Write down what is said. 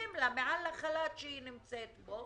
מוסיפים לה על החל"ת שהיא נמצאת בו,